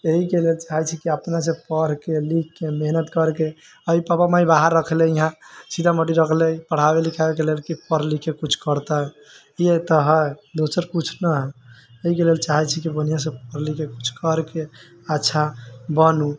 एहि के लेल चाहै छी अपने से पढ़ के लिख के मेहनत कर के आइ पापा माई बाहर रखले है सीतामढ़ी रखले है पढ़ाबै लिखाबै के लेल की पढ़ लिख के कुछ करते इहे तऽ है दोसर कुछ ना है एहि के लेल चाहै छी की बढ़िऑं से पढ़ लिख के कुछ कर के अच्छा बनू